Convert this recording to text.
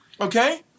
Okay